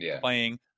playing